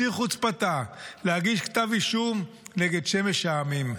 בשיא חוצפתה, להגיש כתב אישום נגד שמש העמים.